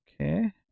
Okay